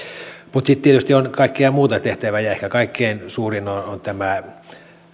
mutta sitten tietysti on kaikkea muuta tehtävää ja ehkä kaikkein suurin on